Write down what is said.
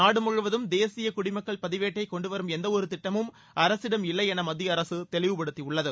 நாடு முழுவதும் தேசிய குடிமக்கள் பதிவேட்டை கொண்டு வரும் எந்த ஒரு திட்டமும் அரசிடம் இல்லை என மத்திய அரசு தெளிவுபடுத்தியுள்ளது